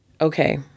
okay